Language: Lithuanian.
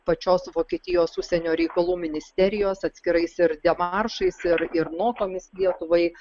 pačios vokietijos užsienio reikalų ministerijos atskirais ir demaršais ir ir notomis lietuvai